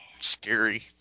scary